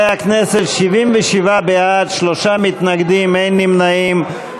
(מס' 26) (תנאים לפטור מארנונה למוסד-מתנדב),